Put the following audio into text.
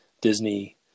Disney